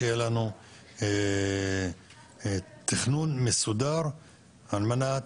שיהיה לנו תכנון מסודר על מנת